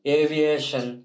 aviation